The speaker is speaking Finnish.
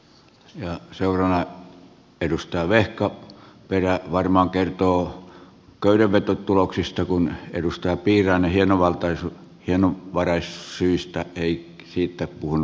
seuraavana edustaja vehkaperä varmaan kertoo köydenvetotuloksista kun edustaja piirainen hienovaraisuussyistä ei siitä puhunut mitään